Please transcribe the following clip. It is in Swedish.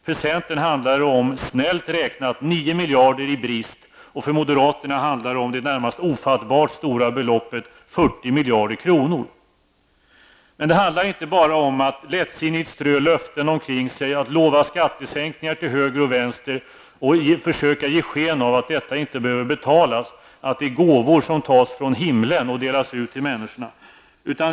För centern handlar det snällt räknat om 9 miljarder i brist, och för moderaterna handlar det om det närmast ofattbart stora beloppet 40 miljarder kronor. Men det handlar inte bara om att lättsinnigt strö löften omkring sig, att lova skattesänkningar till höger och vänster och försöka ge sken av att detta inte behöver betalas, att det är gåvor som tas från himlen och delas ut till människorna.